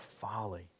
folly